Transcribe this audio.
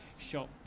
Shop